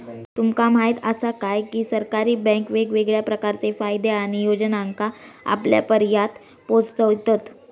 तुमका म्हायत आसा काय, की सरकारी बँके वेगवेगळ्या प्रकारचे फायदे आणि योजनांका आपल्यापर्यात पोचयतत